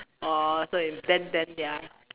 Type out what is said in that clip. orh so you then then ya